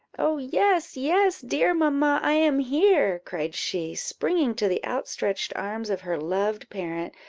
oh, yes, yes, dear mamma, i am here! cried she, springing to the outstretched arms of her loved parent,